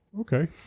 Okay